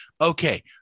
okay